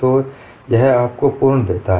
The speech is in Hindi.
तो यह आपको घूर्ण देता है